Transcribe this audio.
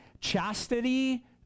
chastity